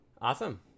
Awesome